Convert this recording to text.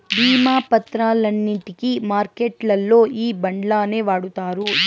భీమా పత్రాలన్నింటికి మార్కెట్లల్లో ఈ బాండ్లనే వాడుతారు